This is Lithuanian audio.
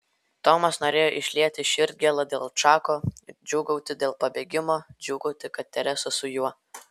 tomas norėjo išlieti širdgėlą dėl čako džiūgauti dėl pabėgimo džiūgauti kad teresa su juo